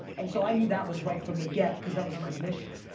and so i knew that was right from the get, cause that was my mission.